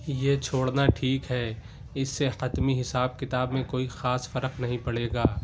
یہ چھوڑنا ٹھیک ہے اس سے حتمی حساب کتاب میں کوئی خاص فرق نہیں پڑے گا